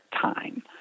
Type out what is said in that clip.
time